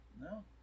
no